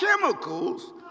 chemicals